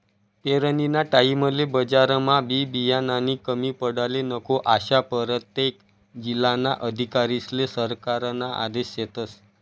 पेरनीना टाईमले बजारमा बी बियानानी कमी पडाले नको, आशा परतेक जिल्हाना अधिकारीस्ले सरकारना आदेश शेतस